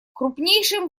крупнейшим